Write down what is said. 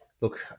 look